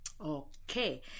Okay